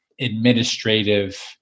administrative